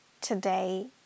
today